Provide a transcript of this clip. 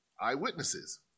Eyewitnesses